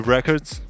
Records